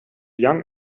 young